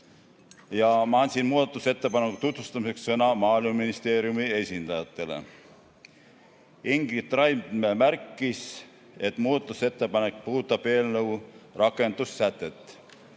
Ma andsin muudatusettepaneku tutvustamiseks sõna Maaeluministeeriumi esindajatele. Ingrid Raidme märkis, et muudatusettepanek puudutab eelnõu rakendussätet.